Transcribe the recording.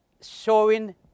showing